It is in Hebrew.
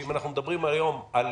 שאם אנחנו מדברים היום על